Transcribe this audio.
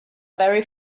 very